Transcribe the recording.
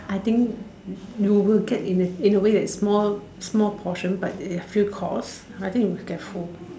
I think you will get in a in a way a small small portion but a few course I think you will get full one